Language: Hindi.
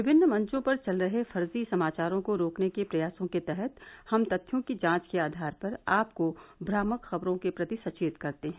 विभिन्न मंचों पर चल रहे फर्जी समाचारों को रोकने के प्रयासों के तहत हम तथ्यों की जांच के आधार पर आपको भ्रामक खबरों के प्रति सचेत करते हैं